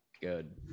good